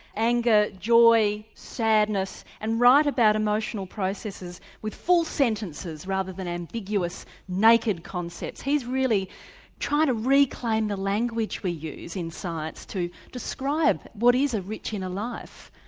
anger, joy, sadness, and write about emotional processes with full sentences rather than ambiguous naked concepts. he's really trying to reclaim the language we use in science to describe what is a rich inner life.